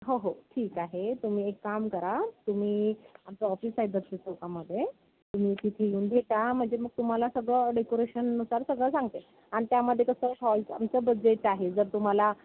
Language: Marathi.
हो हो ठीक आहे तुम्ही एक काम करा तुम्ही आमचं ऑफिस आहे दक्षिण चौकामध्ये तुम्ही तिथे यिऊन भेटा म्हणजे मग तुम्हाला सगळं डेकोरेशननुसार सगळं सांगते आणि त्यामध्ये कसं हॉलचं आमचं बजेट आहे जर तुम्हाला